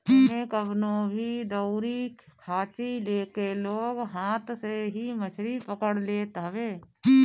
एमे कवनो भी दउरी खाची लेके लोग हाथ से ही मछरी पकड़ लेत हवे